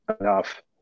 enough